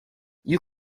you